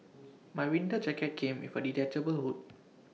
my winter jacket came with A detachable hood